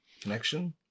Connection